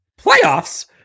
Playoffs